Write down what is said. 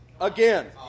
again